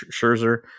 Scherzer